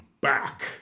back